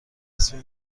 رسمی